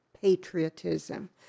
patriotism